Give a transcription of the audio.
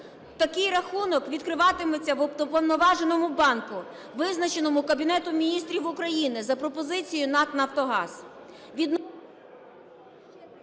Такий рахунок відкриватиметься в уповноваженому банку, визначеному Кабінетом Міністрів України за пропозицією НАК "Нафтогаз".